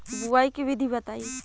बुआई के विधि बताई?